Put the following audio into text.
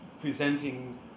presenting